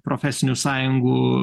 profesinių sąjungų